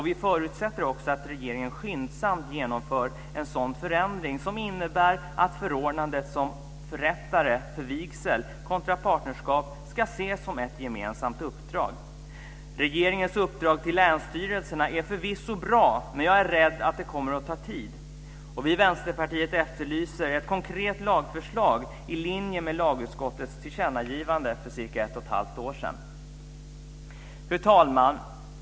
Vi förutsätter också att regeringen skyndsamt genomför en sådan förändring som innebär att förordnandet som förrättare av vigsel kontra partnerskap ska ses som ett gemensamt uppdrag. Regeringens uppdrag till länsstyrelserna är förvisso bra, men jag är rädd att det kommer att ta tid. Vi i Vänsterpartiet efterlyser ett konkret lagförslag i linje med lagutskottets tillkännagivande för cirka ett och ett halvt år sedan. Fru talman!